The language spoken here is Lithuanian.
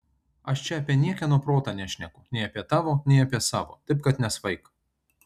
aš čia apie niekieno protą nešneku nei apie tavo nei apie savo taip kad nesvaik